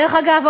דרך אגב,